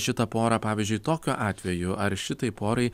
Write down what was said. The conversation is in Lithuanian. šitą porą pavyzdžiui tokiu atveju ar šitai porai